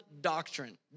doctrine